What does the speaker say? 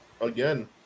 again